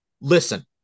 Listen